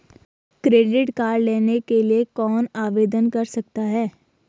Credit card लेने के लिए कौन आवेदन कर सकता है?